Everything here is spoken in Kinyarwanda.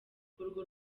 urwo